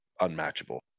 unmatchable